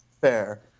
fair